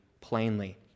plainly